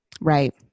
Right